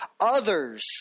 others